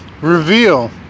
reveal